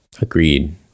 Agreed